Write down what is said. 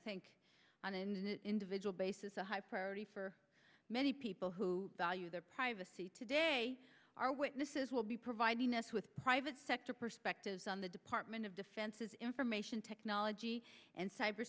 think on an individual basis a high priority for many people who value their privacy today our witnesses will be providing us with private sector perspectives on the department of defense is information technology and